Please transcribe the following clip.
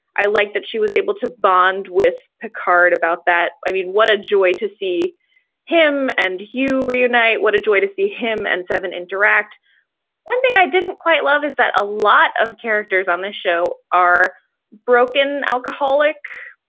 i liked that she was able to bond with picard about that. i mean, what a joy to see him and you reunite. what a joy to see him. and seven interact one thing i didn't quite love is that a lot of characters on this show are broken, alcoholic,